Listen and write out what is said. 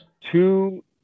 Two